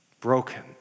Broken